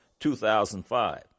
2005